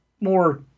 more